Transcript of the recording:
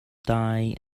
die